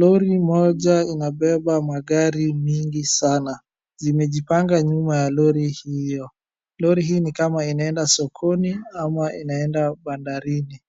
Lori moja inabeba magari mingi sana. Zimejipanga nyuma ya lori hiyo. Lori hii ni kama inaenda sokoni, ama inaenda bandarini.